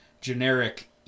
generic